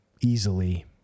easily